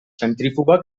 centrífuga